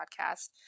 podcast